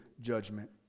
judgment